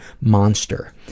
monster